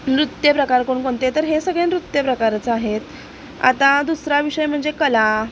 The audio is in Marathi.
नृत्यप्रकार कोणकोणते तर हे सगळे नृत्यप्रकारच आहेत आता दुसरा विषय म्हणजे कला